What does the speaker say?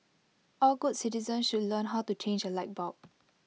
all good citizens should learn how to change A light bulb